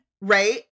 Right